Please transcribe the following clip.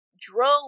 drove